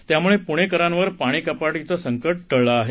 त्यामुळे पुणेकरांवर पाणीकपात संकट टळलं आहे